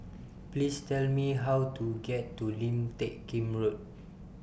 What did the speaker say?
Please Tell Me How to get to Lim Teck Kim Road